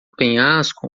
penhasco